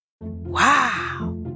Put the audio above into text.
Wow